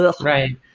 right